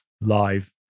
live